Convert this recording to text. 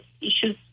issues